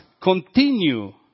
continue